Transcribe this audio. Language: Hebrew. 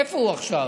איפה הוא עכשיו?